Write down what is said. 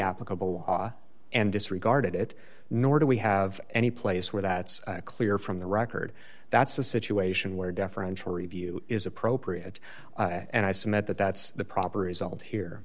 applicable law and disregarded it nor do we have any place where that's clear from the record that's a situation where deferential review is appropriate and i submit that that's the proper result here